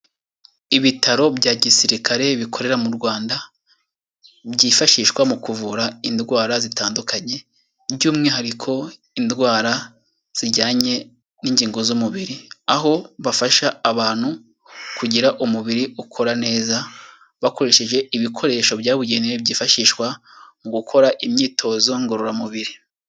Ibitaro bya gisirikare bikorera mu Rwanda, byifashishwa mu kuvura indwara zitandukanye by'umwihariko indwara zijyanye n'ingingo z'umubiri, aho bafasha abantu kugira umubiri ukora neza, bakoresheje ibikoresho byabugenewe byifashishwa mu gukora imyitozo ngororamubiri.